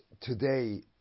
today